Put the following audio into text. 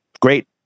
great